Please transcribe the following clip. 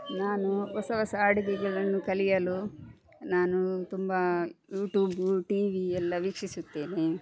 ನಾನು ಹೊಸ ಹೊಸ ಅಡುಗೆಗಳನ್ನು ಕಲಿಯಲು ನಾನು ತುಂಬ ಯೂಟ್ಯೂಬ್ ಟಿವಿ ಎಲ್ಲ ವೀಕ್ಷಿಸುತ್ತೇನೆ